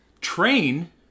Train